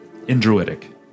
Indruidic